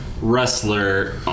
wrestler